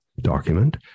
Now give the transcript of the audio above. document